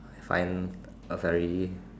I find a very